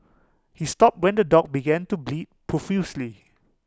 he stopped when the dog began to bleed profusely